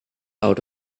out